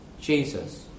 Jesus